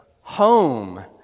Home